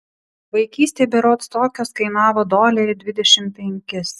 vaikystėj berods tokios kainavo dolerį dvidešimt penkis